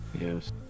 Yes